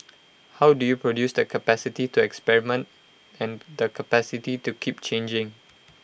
how do you produce the capacity to experiment and the capacity to keep changing